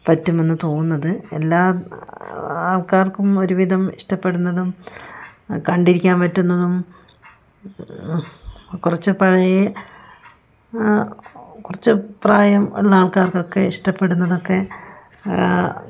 പറ്റുമെന്ന് തോന്നുന്നത് എല്ലാ ആൾക്കാർക്കും ഒരുവിധം ഇഷ്ടപ്പെടുന്നതും കണ്ടിരിക്കാൻ പറ്റുന്നതും കുറച്ച് പഴയ കുറച്ച് പ്രായം ഉള്ള ആൾക്കാർക്കൊക്കെ ഇഷ്ടപ്പെടുന്നതൊക്കെ